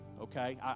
okay